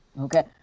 Okay